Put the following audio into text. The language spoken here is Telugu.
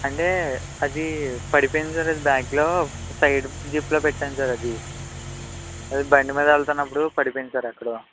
అంటే అది పడిపోయింది కదా బ్యాగ్లో సైడ్ జిప్లో పెట్టాను సార్ అది అది బండి మీద వెళ్తున్నప్పుడు పడిపోయింది సార్ ఎక్కడో